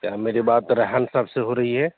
کیا میری بات ریحان صاحب سے ہو رہی ہے